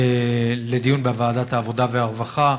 לדיון בוועדת העבודה והרווחה,